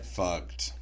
fucked